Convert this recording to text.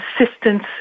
Assistance